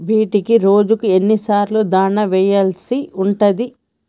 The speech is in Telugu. వీటికి రోజుకు ఎన్ని సార్లు దాణా వెయ్యాల్సి ఉంటది?